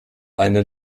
einer